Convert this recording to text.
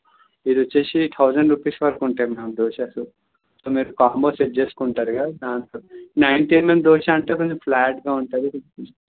ఇది వచ్చేసి thousand rupees వరకు ఉంటుంది మ్యామ్ దోసెసు సో మీరు కాంబోస్ సెట్ చేసుకుంటారుగా దాంతో నైన్టీ ఎమ్ఎమ్ దోశ అంటే కొంచం ఫ్లాట్గా ఉంటుంది